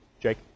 Jake